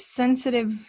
sensitive